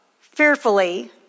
fearfully